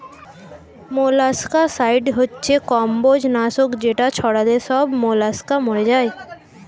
molluscicide হচ্ছে কম্বোজ নাশক যেটা ছড়ালে সব মোলাস্কা মরে যায়